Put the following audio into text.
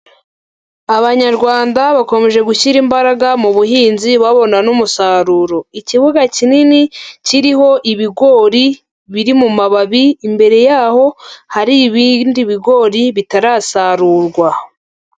Abanyarwanda bakomeje gushyira imbaraga mu buhinzi babona n'umusaruro. Ikibuga kinini kiriho ibigori biri mu mababi, imbere yaho hari ibindi bigori bitarasarurwa.